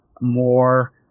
more